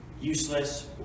useless